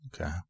Okay